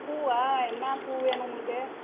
பூவா என்ன பூ வேணும் உங்களுக்கு